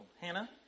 Hannah